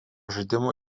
žaidimo